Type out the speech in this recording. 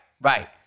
right